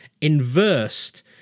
inversed